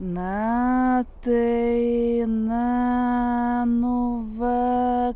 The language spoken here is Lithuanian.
na tai na nu va